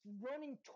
running